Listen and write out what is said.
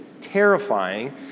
terrifying